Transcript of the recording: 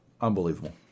Unbelievable